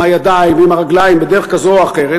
הידיים ועם הרגליים בדרך כזו או אחרת,